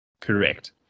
Correct